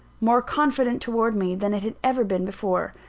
more confident towards me than it had ever been before.